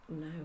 no